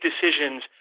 decisions